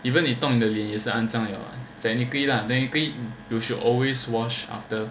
even if 动你的脸也是肮脏了 technically lah technically you should always wash after